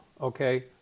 Okay